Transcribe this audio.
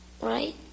right